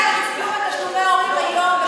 הצביעו על תשלומי הורים היום.